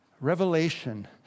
revelation